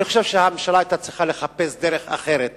אני חושב שהממשלה היתה צריכה לחפש דרך אחרת